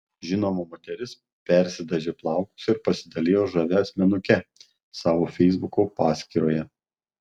žinoma moteris persidažė plaukus ir pasidalijo žavia asmenuke savo feisbuko paskyroje